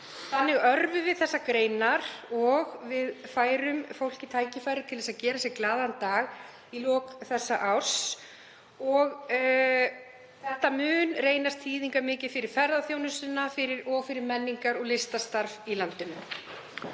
Þannig örvum við þessar greinar og færum fólki tækifæri til að gera sér glaðan dag í lok þessa árs. Þetta mun reynast þýðingarmikið fyrir ferðaþjónustuna og fyrir menningar- og listastarf í landinu.